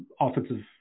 offensive